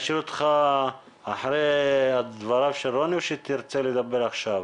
נשאיר אותך אחרי דבריו של רוני או שתרצה לדבר עכשיו?